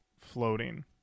floating